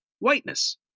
whiteness